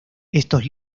estos